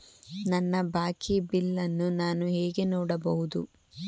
ನನ್ನ ಬಾಕಿ ಬಿಲ್ ಅನ್ನು ನಾನು ಹೇಗೆ ನೋಡಬಹುದು?